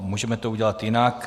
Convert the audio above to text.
Můžeme to udělat jinak.